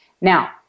Now